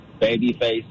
Babyface